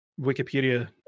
wikipedia